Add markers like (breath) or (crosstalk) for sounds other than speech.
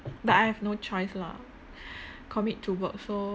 but I have no choice lah (breath) commit to work so